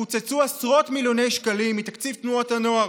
קוצצו עשרות מיליוני שקלים מתקציב תנועות הנוער.